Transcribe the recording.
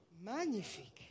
Magnifique